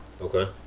Okay